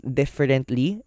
differently